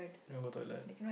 you want to go toilet